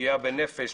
פגיעה בנפש,